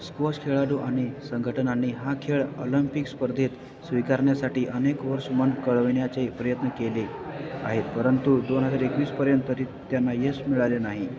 swash खेळाडू आणि संघटनांनी हा खेळ ऑलिम्पिक स्पर्धेत स्वीकारण्यासाठी अनेक वर्ष मन कळविण्याचे प्रयत्न केले आहेत परंतु दोन हजार एकवीसपर्यंत तरी त्यांना यश मिळाले नाही